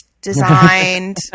designed